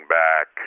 back